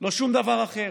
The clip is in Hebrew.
לא שום דבר אחר.